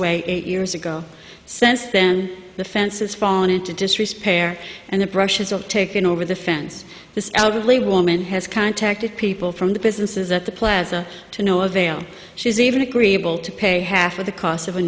away eight years ago since then the fence has fallen into disrepair and the brushes of taken over the fence this elderly woman has contacted people from the businesses at the plaza to no avail she's even agreeable to pay half of the cost of a